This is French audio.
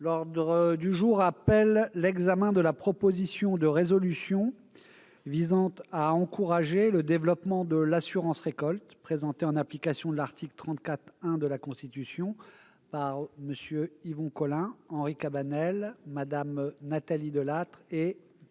et Social Européen, de la proposition de résolution visant à encourager le développement de l'assurance récolte, présentée, en application de l'article 34-1 de la Constitution, par MM. Yvon Collin, Henri Cabanel, Mme Nathalie Delattre et plusieurs